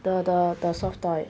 the the the soft toy